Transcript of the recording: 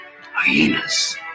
hyenas